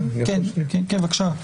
הכנסת מקלב, בבקשה.